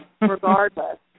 regardless